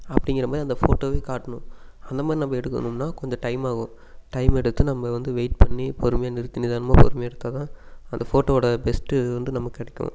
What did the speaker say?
அப்படிங்கிற மாதிரி அந்த ஃபோட்டோவையும் காட்டணும் அந்த மாதிரி நம்ம எடுக்கணும்னா கொஞ்சம் டைமாகும் டைம் எடுத்து நம்ம வந்து வெய்ட் பண்ணி பொறுமையாக நிறுத்தி நிதானமாக பொறுமையாக எடுத்தால் தான் அந்த ஃபோட்டோவோடய பெஸ்ட்டு வந்து நமக்கு கிடைக்கும்